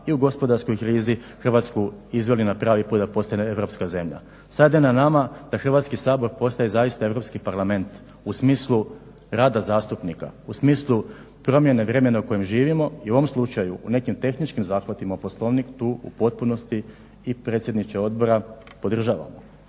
i u gospodarskoj krizi Hrvatsku izveli na pravi put da postane europska zemlja. Sad je nama da Hrvatski sabor postaje zaista europski parlament u smislu rada zastupnika, u smislu promjene vremena u kojem živimo i u ovom slučaju u nekim tehničkim zahvatima u Poslovnik tu u potpunosti i predsjedniče odbora podržavamo,